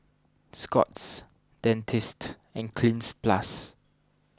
Scott's Dentiste and Cleanz Plus